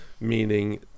Meaning